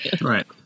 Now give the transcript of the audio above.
Right